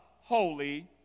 holy